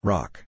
Rock